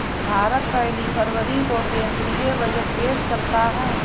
भारत पहली फरवरी को केंद्रीय बजट पेश करता है